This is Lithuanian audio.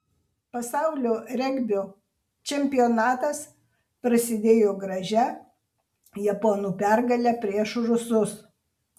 pasaulio regbio čempionatas prasidėjo gražia japonų pergale prieš rusus